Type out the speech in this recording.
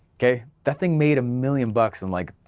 okay, that thing made a million bucks in like,